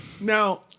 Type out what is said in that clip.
Now